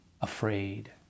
afraid